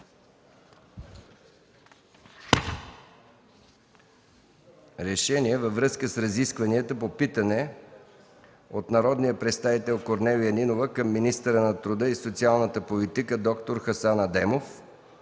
„РЕШЕНИЕ във връзка с разискванията по питане от народния представител Корнелия Нинова към министъра на труда и социалната политика д-р Хасан Адемов